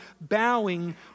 bowing